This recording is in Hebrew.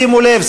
שימו לב,